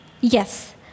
Yes